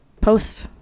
post